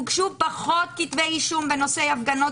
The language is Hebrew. הוגשו פחות כתבי אישום בנושאי הפגנות